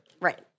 Right